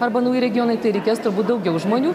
arba nauji regionai tai reikės turbūt daugiau žmonių